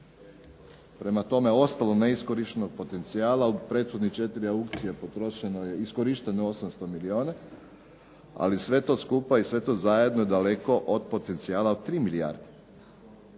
prema tome, ostalo je neiskorištenog potencijala od prethodnih 4 aukcije iskorišteno je 800 milijuna. Ali sve to skupa i sve to zajedno je daleko od potencijala od 3 milijarde.